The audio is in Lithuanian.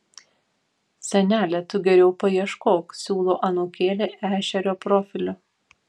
senele tu geriau paieškok siūlo anūkėlė ešerio profiliu